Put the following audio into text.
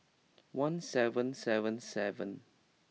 one seven seven seven